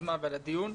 היוזמה ועל הדיון.